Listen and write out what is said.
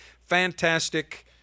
fantastic